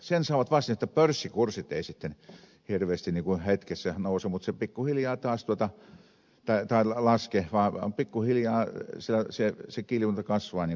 sen saavat vastineeksi että pörssikurssit eivät hirveästi hetkessä laske mutta pikkuhiljaa se kiljunta kasvaa niin kuin äsken totesin